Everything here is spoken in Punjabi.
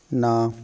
ਨਾ